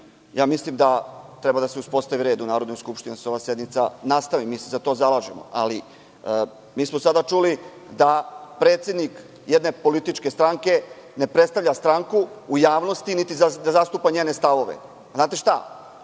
ja mislim da treba da se uspostavi red u Narodnoj skupštini, da se ova sednica nastavi. Mi se za to zalažemo. Ali, mi smo sada čuli da predsednik jedne političke stranke ne predstavlja stranku u javnosti niti da zastupa njene stavove. Znate šta.